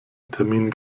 termin